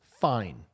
fine